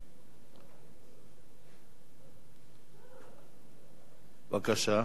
בבקשה.